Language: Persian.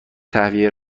تهویه